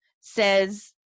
says